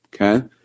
okay